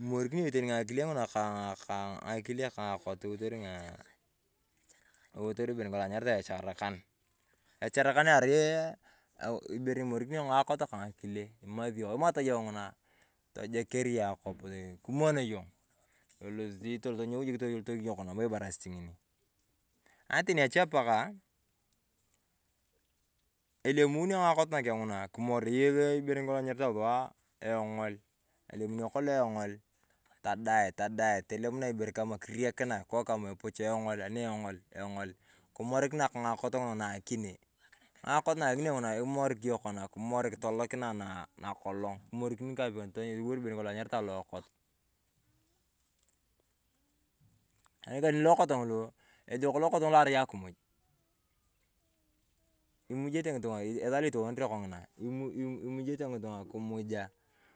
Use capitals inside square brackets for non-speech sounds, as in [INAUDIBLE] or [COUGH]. Imorikini yong teni ng’akile ng'una kaa kaa ng'akoot toliworotor ibere ni kolong anyaritaa echarakan. Echarakan a arai ibere ni imorikinio ng'akoot kaa ng'akile amasio yong, imat yong ng’unaa tojeker yong akop kimono yong. Elosi toloto noi jik kiyook nabo ibarasit ng'oni. Atani ache pakaa, elamunio ng'akoot nakeng ng'unaa kimorii eyei ibere ni kolong anyarite sua eng’ol. Alemunio kolong eng’ol tadae tadae toleminae ibere kamaa. Kiriekinae kikok kamaa epocho eng'ol ani eng'ol eng'ol kimorikinae ka ng'akoot ng'unaa akinee. Ng'akoot na akinee ng'unaa kimoring yong kona kimoring tolokinae naakolong, kimorikin toliwor ibere nikolong anyaritaa lookot. [UNINTELLIGIBLE] ejok lookot ng’olo arai akimuj. Imujete ng’itung'a kimujaa.